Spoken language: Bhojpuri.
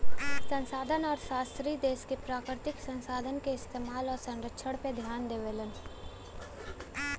संसाधन अर्थशास्त्री देश क प्राकृतिक संसाधन क इस्तेमाल आउर संरक्षण पे ध्यान देवलन